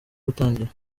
gutangira